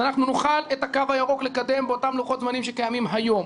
אז אנחנו נוכל לקדם את הקו הירוק באותם לוחות זמנים שקיימים היום.